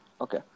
Okay